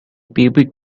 pubic